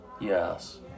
Yes